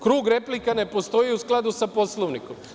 Krug replika ne postoji u skladu sa Poslovnikom.